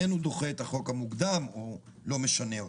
דוחה את החוק המוקדם או לא משנה אותו.